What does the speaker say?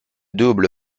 double